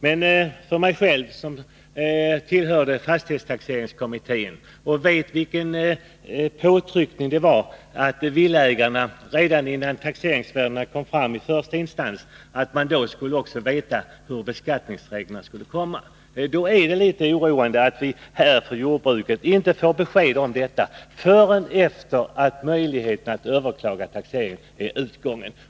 Men för mig, som tillhörde fastighetstaxeringskommittén och vet vilken påtryckning det var för att villaägarna redan innan taxeringsvärdena kom fram i första instans skulle få veta hur beskattningsreglerna skulle verka, är det litet oroande att vi för jordbrukets del inte får besked förrän tiden för överklagande av taxeringen är utgången.